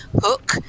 hook